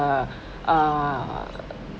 uh ah